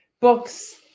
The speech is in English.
books